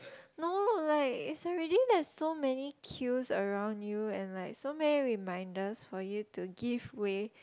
no like it's already there's so many queues around you and like so many reminders for you to give way